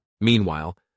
Meanwhile